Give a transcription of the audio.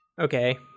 Okay